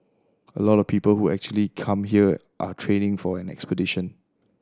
a lot of people who actually come here are training for an expedition